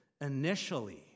initially